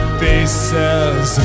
faces